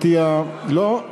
לא?